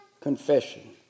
Confession